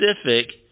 specific